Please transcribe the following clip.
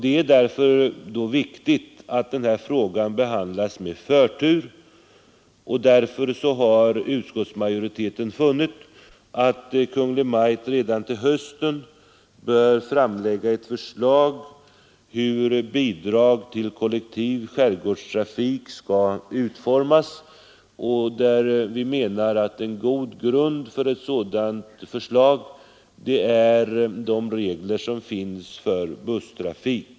Det är då viktigt att den här frågan behandlas med förtur. Därför har utskottsmajoriteten funnit att Kungl. Maj:t redan till hösten bör framlägga ett förslag om hur bidrag till kollektiv skärgårdstrafik skall utformas. Vi menar att de regler som finns för busstrafik är en god grund för ett sådant förslag.